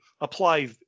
apply